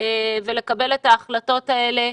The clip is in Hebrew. ולקבל את ההחלטות האלה.